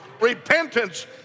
Repentance